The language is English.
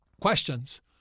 questions